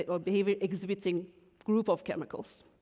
or behavior-exhibiting group of chemicals,